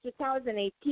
2018